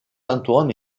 antoine